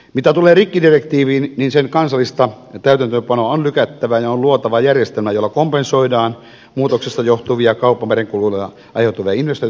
mitä tulee rikkidirektiiviin niin sen kansallista täytäntöönpanoa on lykättävä ja on luotava järjestelmä jolla kompensoidaan muutoksesta johtuvia kauppamerenkulusta aiheutuvia investointitarpeita